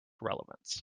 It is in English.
relevance